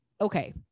okay